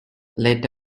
let